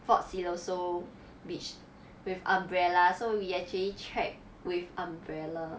fort siloso beach with umbrella so we actually check with umbrella